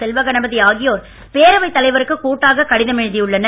செல்வகணபதி ஆகியோர் பேரவைத் தலைவருக்கு கூட்டாகக் கடிதம் எழுதியுள்ளனர்